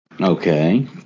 Okay